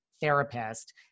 therapist